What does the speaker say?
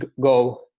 go